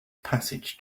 passage